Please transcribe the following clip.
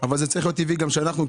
זה צריך להיות טבעי שגם אנחנו,